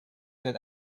that